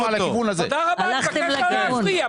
--- תודה רבה, אני מבקש לא להפריע.